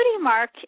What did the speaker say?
mark